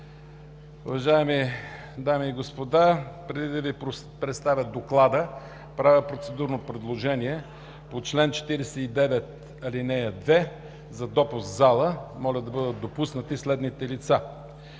Уважаеми дами и господа, преди да Ви представя Доклада, правя процедурно предложение по чл. 49, ал. 2 за допуск в залата. Моля да бъдат допуснати следните лица: